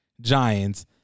Giants